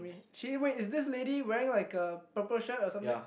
she wait is this lady wearing like a purple shirt or something